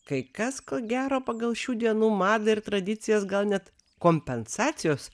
kai kas ko gero pagal šių dienų madą ir tradicijas gal net kompensacijos